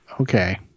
okay